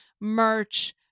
merch